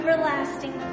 Everlasting